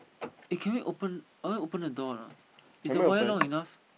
eh can we open I want to open the door lah is the wire long enough